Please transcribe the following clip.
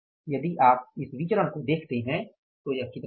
यदि आप इस विचरण को देखते हैं तो यह कितना होगा